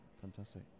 Fantastic